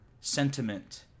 sentiment